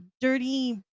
dirty